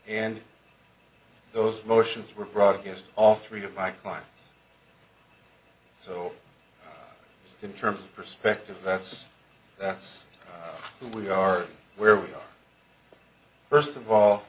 and those motions were brought against all three of my clients so just in terms of perspective that's that's who we are where we are first of all